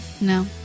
No